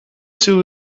too